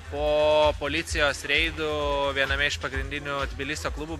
po policijos reidų viename iš pagrindinių tbilisio klubų